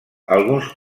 alguns